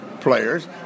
players